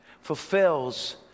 fulfills